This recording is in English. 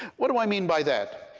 what do i mean by that?